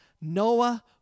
Noah